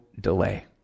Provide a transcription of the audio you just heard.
delay